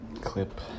clip